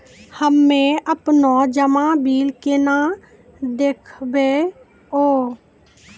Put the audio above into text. हम्मे आपनौ जमा बिल केना देखबैओ?